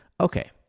Okay